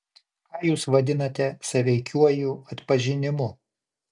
ką jūs vadinate sąveikiuoju atpažinimu